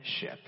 ship